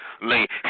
late